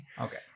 Okay